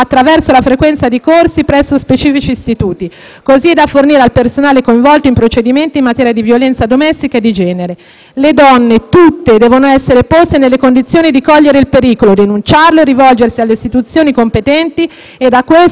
da fornire al personale coinvolto in procedimenti in materia di violenza domestica e di genere. Le donne tutte devono essere poste nelle condizioni di cogliere il pericolo, denunciarlo e rivolgersi alle istituzioni competenti e da queste ricevere efficace e tempestiva tutela.